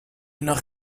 nord